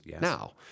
now